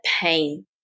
pain